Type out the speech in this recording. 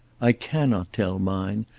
i cannot tell mine.